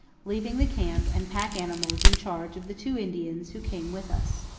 leaving the camp and pack animals in charge of the two indians who came with us.